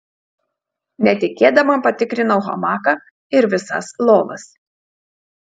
netikėdama patikrinau hamaką ir visas lovas